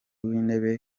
w’intebe